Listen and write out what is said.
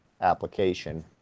application